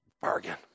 bargain